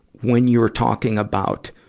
when you're talking about,